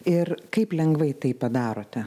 ir kaip lengvai tai padarote